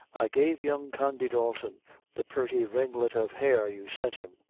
i gave young condy dalton the purty ringlet of hair you sent him.